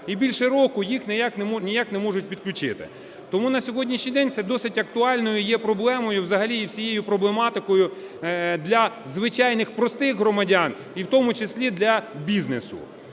І більше року їх ніяк не можуть підключити. Тому на сьогоднішній день це досить актуальною є проблемою взагалі і всією проблематикою для звичайних, простих громадян, і в тому числі для бізнесу.